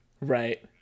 Right